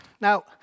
Now